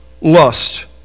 lust